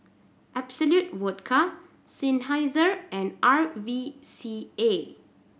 Absolut Vodka Seinheiser and R V C A